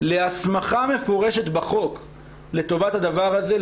להסמכה מפורשת בחוק לטובת הדבר הזה,